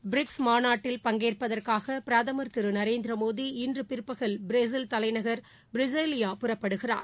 BRICS மாநாட்டில் பங்கேற்பதற்காகபிரதமர் திருநரேந்திரமோடி இன்றுபிற்பகல் பிரேசில் தலைநகர் பிரஸிலியா புறப்படுகிறார்